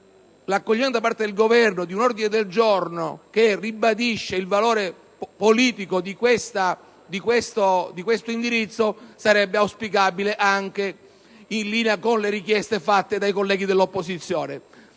l'accoglimento da parte del Governo di un ordine del giorno che ribadisca il valore politico di questo indirizzo, anche in linea con le richieste fatte dai colleghi dell'opposizione.